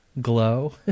glow